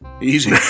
easy